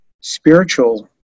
spiritual